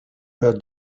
were